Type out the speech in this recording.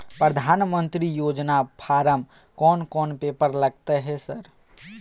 प्रधानमंत्री योजना फारम कोन कोन पेपर लगतै है सर?